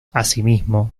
asimismo